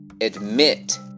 Admit